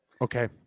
Okay